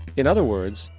in other words,